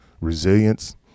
resilience